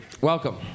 welcome